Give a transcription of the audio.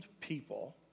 people